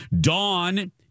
Dawn